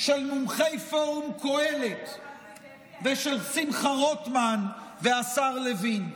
של מומחי פורום קהלת ושל שמחה רוטמן והשר לוין.